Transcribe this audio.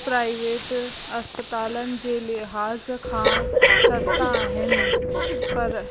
private अस्पतालनि जे लिहाज़ खां सस्ता आहिनि पर